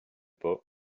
pas